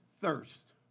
thirst